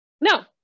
No